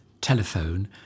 telephone